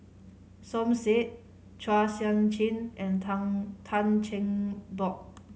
Som Said Chua Sian Chin and Tang Tan Cheng Bock